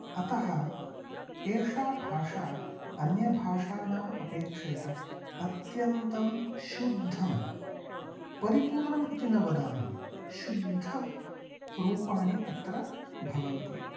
अतः एषा भाषा अन्यभाषाणाम् अपेक्षया अत्यन्तं शुद्धं परिपूर्णम् इति न वदामि शुद्धरूपाणि अत्र भवन्ति